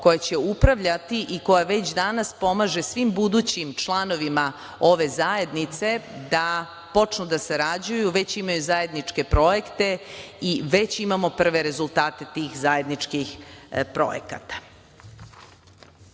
koja će upravljati i koja već danas pomaže svim budućim članovima ove zajednice da počnu da sarađuju. Već imaju zajedničke projekte i već imamo prve rezultate tih zajedničkih projekata.Zašto